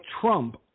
Trump